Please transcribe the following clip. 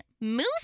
move